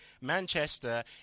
Manchester